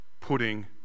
putting